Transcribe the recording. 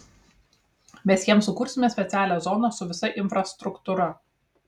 mes jiems sukursime specialią zoną su visa infrastruktūra